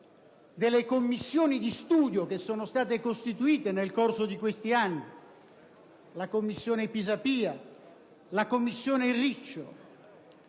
delle Commissioni di studio che sono state costituite nel corso di questi anni, la commissione Pisapia e la commissione Riccio),